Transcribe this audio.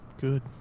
good